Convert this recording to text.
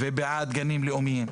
ובעד גנים לאומיים,